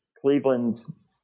Cleveland's